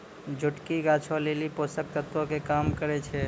जोटकी गाछो लेली पोषक तत्वो के काम करै छै